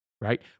right